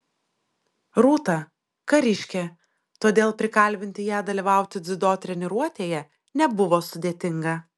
rūta kariškė todėl prikalbinti ją dalyvauti dziudo treniruotėje nebuvo sudėtinga